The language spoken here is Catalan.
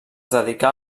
dedicà